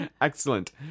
Excellent